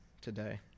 today